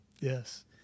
Yes